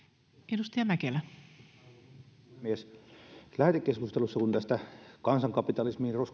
arvoisa puhemies lähetekeskustelussa kun tästä kansankapitalismiin